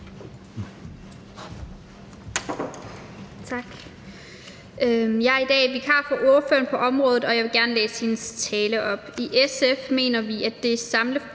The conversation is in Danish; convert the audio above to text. Tak.